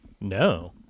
No